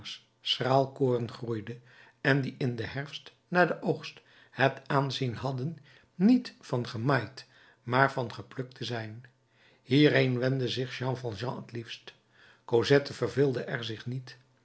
schraal koren groeide en die in den herfst na den oogst het aanzien hadden niet van gemaaid maar van geplukt te zijn hierheen wendde zich jean valjean het liefst cosette verveelde er zich niet